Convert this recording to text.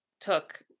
took